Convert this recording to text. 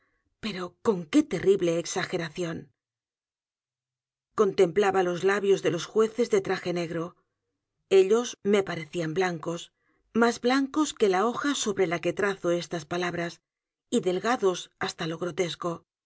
pero con qué terrible exageración contemplaba los labios de los jueces de traje n e g r o ellos me aparecían blancos más blancos que la hoja sobre la que trazo estas palabras y delgados hasta lo grotesco